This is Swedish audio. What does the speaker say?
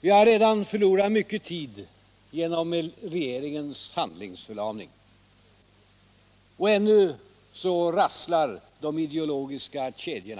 Vi har redan förlorat mycket tid genom regeringens handlingsförlamning, och ännu rasslar de ideologiska kedjorna.